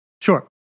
Sure